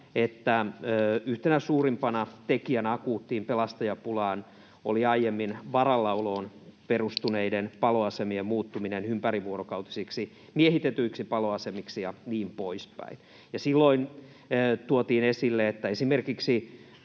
että yhtenä suurimpana tekijänä akuuttiin pelastajapulaan oli aiemmin varallaoloon perustuneiden paloasemien muuttuminen ympärivuorokautisiksi, miehitetyiksi paloasemiksi ja niin poispäin. Silloin tuotiin esille, että esimerkiksi